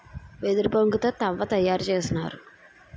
వెదురు బొంగు తో తవ్వ తయారు చేసినారు